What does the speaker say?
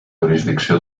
jurisdicció